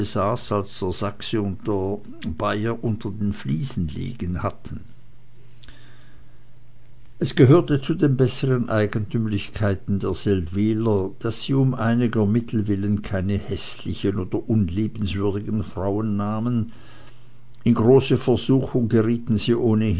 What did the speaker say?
bayer unter den fliesen liegen hatten es gehörte zu den besseren eigentümlichkeiten der seldwyler daß sie um einiger mittel willen keine häßlichen oder unliebenswürdigen frauen nahmen in große versuchung gerieten sie ohnehin